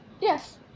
Yes